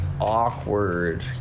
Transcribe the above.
awkward